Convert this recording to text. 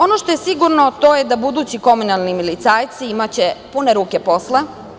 Ono što je sigurno, to je da budući komunalni milicajci imati pune ruke posla.